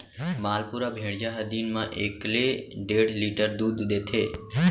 मालपुरा भेड़िया ह दिन म एकले डेढ़ लीटर दूद देथे